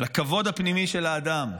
לכבוד הפנימי של האדם,